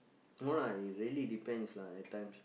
no lah it really depends lah at times